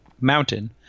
mountain